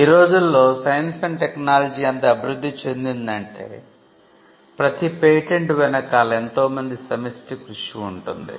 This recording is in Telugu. ఈ రోజులలో సైన్సు అండ్ టెక్నాలజీ ఎంత అభివృద్ది చెందిందంటే ప్రతీ పేటెంట్ వెనకాల ఎంతో మంది సమష్టి కృషి ఉంటుంది